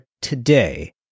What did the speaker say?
today